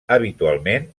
habitualment